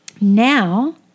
Now